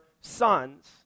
sons